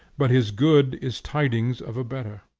but his good is tidings of a better.